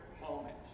moment